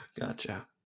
Gotcha